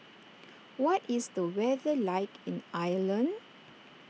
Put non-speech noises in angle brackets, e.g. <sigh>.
<noise> what is the weather like in Ireland